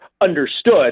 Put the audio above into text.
understood